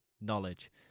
knowledge